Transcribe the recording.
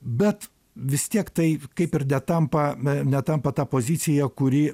bet vis tiek tai kaip ir tampa netampa ta pozicija kuri